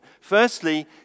Firstly